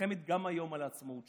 נלחמת גם היום על עצמאותה.